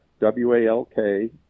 W-A-L-K